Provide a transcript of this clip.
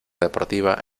deportiva